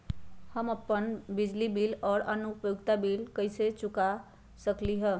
हम लोग अपन बिजली बिल और अन्य उपयोगिता बिल यू.पी.आई से चुका सकिली ह